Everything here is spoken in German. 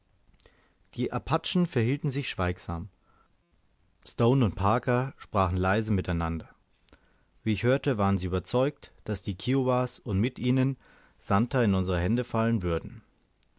die apachen verhielten sich schweigsam stone und parker sprachen leise miteinander wie ich hörte waren sie überzeugt daß die kiowas und mit ihnen santer in unsere hände fallen würden